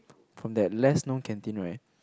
from that less known canteen right